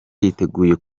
yiteguye